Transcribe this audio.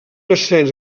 ascens